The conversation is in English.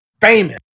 famous